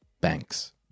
banks